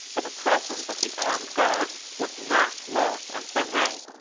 but the presence of the armed guards was not lost on deng ai.